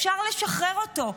אפשר לשחרר אותו.